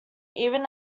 even